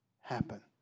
happen